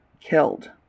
killed